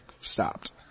stopped